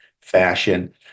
fashion